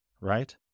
right